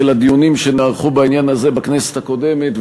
הדיונים שנערכו בעניין הזה בכנסת הקודמת,